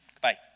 Bye